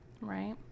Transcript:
Right